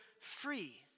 free